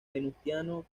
venustiano